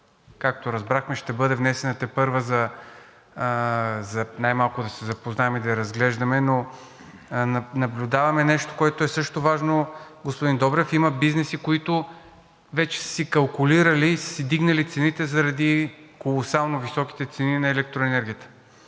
както разбрахме, ще бъде внесена тепърва най-малко да се запознаем и да я разглеждаме, но наблюдаваме нещо, което също е важно, господин Добрев. Има бизнеси, които вече са си калкулирали и са си вдигнали цените заради колосално високите цени на електроенергията.